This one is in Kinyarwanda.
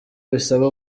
bisaba